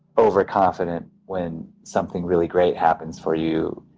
overconfident when something really great happens for you.